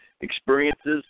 experiences